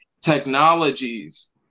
technologies